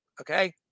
okay